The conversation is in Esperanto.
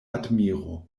admiro